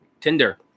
tinder